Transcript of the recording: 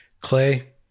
Clay